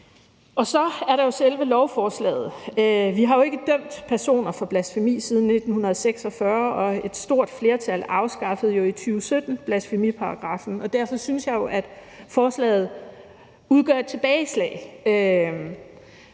Så er der selve lovforslaget. Vi har ikke dømt personer for blasfemi siden 1946, og et stort flertal afskaffede jo i 2017 blasfemiparagraffen. Derfor synes jeg, at forslaget udgør et tilbageslag